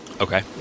Okay